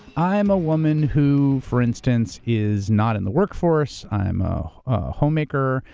i'm a woman who, for instance, is not in the workforce, i'm ah a homemaker,